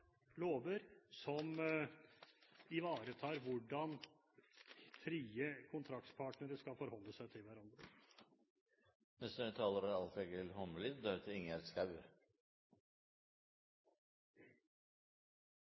lover som ivaretar hvordan frie kontraktspartnere skal forholde seg til